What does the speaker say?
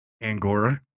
angora